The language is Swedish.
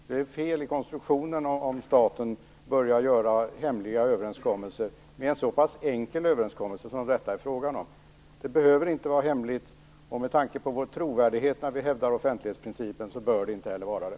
Det är fel i konstruktionen om staten börjar att göra hemliga överenskommelser med en så pass enkel överenskommelse som detta är fråga om. Det behöver inte vara hemligt, och med tanke på vår trovärdighet när vi hävdar offentlighetsprincipen bör det heller inte vara det.